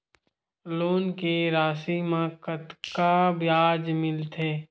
Loan के राशि मा कतका ब्याज मिलथे?